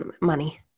money